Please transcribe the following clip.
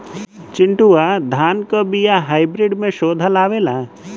चिन्टूवा धान क बिया हाइब्रिड में शोधल आवेला?